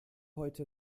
heute